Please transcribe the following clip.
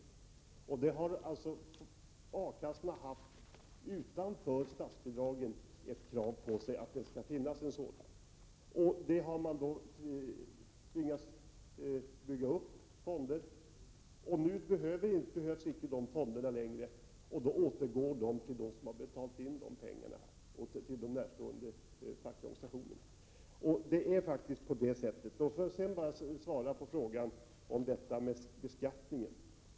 A kassorna har alltså utanför statsbidraget haft ett krav på sig att det skall finnas fonder, och sådana har de alltså tvingats bygga upp. Nu behövs inte de fonderna längre, och då återgår pengarna till dem som har betalt in dem, dvs. de närstående fackliga organisationerna. Så är det faktiskt. Sedan vill jag bara svara på frågan om detta med beskattningen.